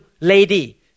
lady